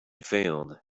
failed